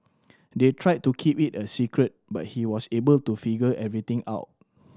they tried to keep it a secret but he was able to figure everything out